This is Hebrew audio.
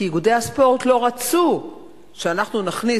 כי איגודי הספורט לא רצו שאנחנו נכניס